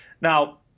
Now